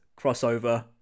crossover